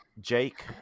Jake